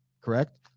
correct